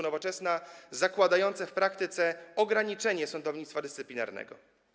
Nowoczesna zakładające w praktyce ograniczenie sądownictwa dyscyplinarnego.